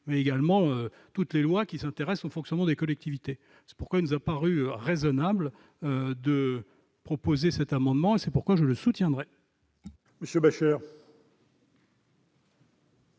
mais également toutes les lois qui traitent du fonctionnement des collectivités. C'est pourquoi il nous a paru raisonnable de proposer cet amendement, que je soutiens.